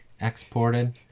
exported